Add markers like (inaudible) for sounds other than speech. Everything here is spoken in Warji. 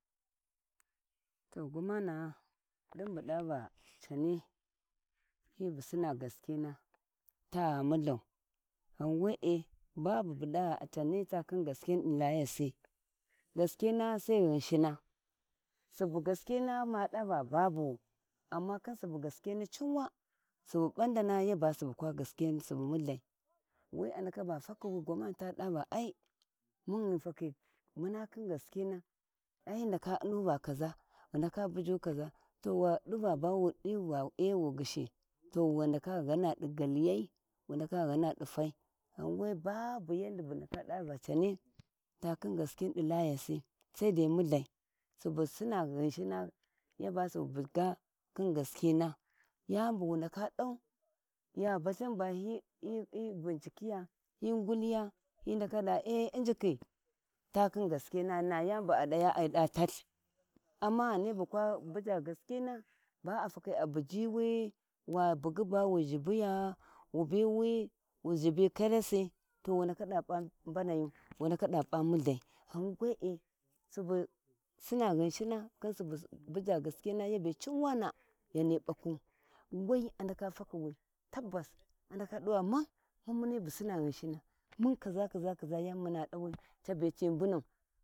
To gwamana din bu dava cani hi bu Sinna gaskhuna ta mulkau ghan wee babu dawa cani takhi gaskini di Layasi gaskina Sai Ghinshina, Suba gaskina ma dava babuwu amma khin subu yaskini cuuwa, Subu ɓandana yaba Subu kwa gaskina Subu mulhai wi andaka ba fakhiwi ta duva gwamana ai mun ghifakhi muna khin gaskina ai ghi ndaka umm va kaʒa ya buju kaʒa wa diva ee wu ghishi, to wu ndaka ghana di galigai wu ndaka ghana di fai ghawa baabu ndaka diva cani takhu gaskini di layasi, Saidai mulhai Suba Suna Ghnshina yaba subu buja gaskina yani bu wu ndaka dau ya balhin bahi ɓincikiya hi nguliya hi ndaka da injiki takhin gaskina na yani bu a daya ai de tath, amma ghani bukwa buja gaskiya ba a fakhi a bujiwi wa bugyi bawu zhibiya wu biwi, wu zhibi kyarasi to wu ndaka da P’a mbanaya wu ndaka da P’a mulhai gham we’e su suna Ghinshina Subu buja gaskina yabe cunwana yama ɓakwu, ghan wai a ndaka fakuwi tabbas a ndaka duva mun mumi bu Sinna Ghinshina amma (unintelligible) cabe ci mbanau.